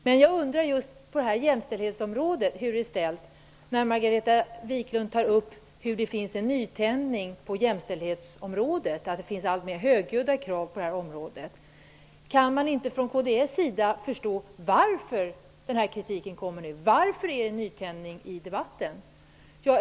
Fru talman! Jag har den allra största respekt för Margareta Viklunds analysförmåga i de flesta sammanhang. Jag undrar dock hur det är ställt på jämställdhetsområdet, eftersom Margareta Viklund talar om att det förekommer en nytändning och alltmer högljudda krav. Förstår man inte från kds sida varför kritiken kommer nu och varför det har skett en nytändning i debatten?